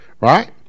right